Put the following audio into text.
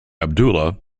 abdullah